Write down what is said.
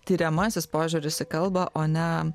tiriamasis požiūris į kalbą o ne